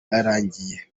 yarangiye